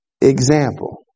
example